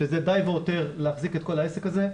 שזה די והותר להחזיק את כל העסק הזה,